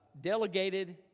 delegated